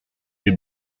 des